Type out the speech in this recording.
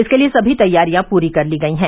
इसके लिए सभी तैयारियां पूरी कर ली गई है